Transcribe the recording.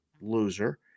loser